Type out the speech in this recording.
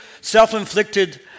self-inflicted